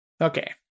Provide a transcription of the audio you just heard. Okay